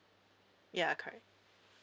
ya correct